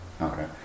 Okay